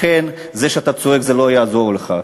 לכן, זה שאתה צועק, זה לא יעזור לך.